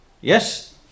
Yes